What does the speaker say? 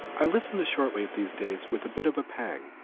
i listened to shortwave these day with a bit of a pang.